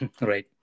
Right